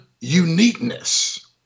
uniqueness